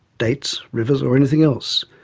dates, rivers or anything else.